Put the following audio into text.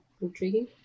intriguing